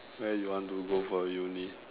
where you want to go for uni